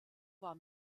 war